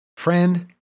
Friend